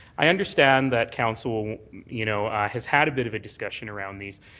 i understand that council you know has had a bit of a discussion around these,